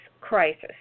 crisis